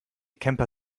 camper